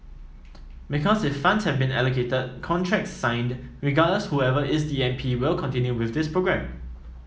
because if funds have been allocated contracts signed regardless whoever is the M P will continue with this programme